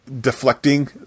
deflecting